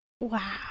wow